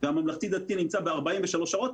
הממלכתי-דתי נמצא ב-43 שעות,